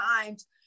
times